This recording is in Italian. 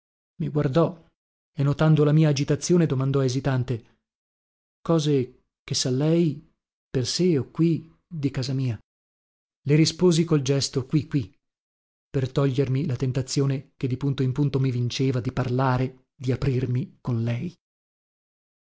i guardò e notando la mia agitazione domandò esitante cose che sa lei per sé o qui di casa mia le risposi col gesto qui qui per togliermi la tentazione che di punto in punto mi vinceva di parlare di aprirmi con lei